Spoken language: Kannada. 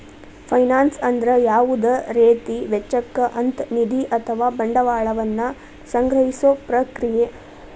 ಫೈನಾನ್ಸ್ ಅಂದ್ರ ಯಾವುದ ರೇತಿ ವೆಚ್ಚಕ್ಕ ಅಂತ್ ನಿಧಿ ಅಥವಾ ಬಂಡವಾಳ ವನ್ನ ಸಂಗ್ರಹಿಸೊ ಪ್ರಕ್ರಿಯೆ